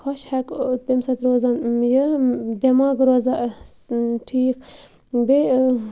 خۄش ہٮ۪کو تَمہِ سۭتۍ روزان یہِ دٮ۪ماغ روزان ٹھیٖک بیٚیہِ